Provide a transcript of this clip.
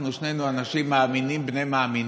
אנחנו שנינו אנשים מאמינים בני מאמינים,